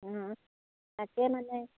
অঁ তাকে মানে